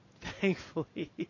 thankfully